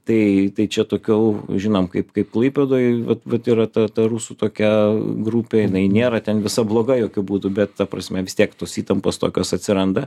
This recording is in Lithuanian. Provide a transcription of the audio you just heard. tai tai čia tokių žinom kaip kaip klaipėdoj vat vat yra ta ta rusų tokia grupė jinai nėra ten visa bloga jokiu būdu bet ta prasme vis tiek tos įtampos tokios atsiranda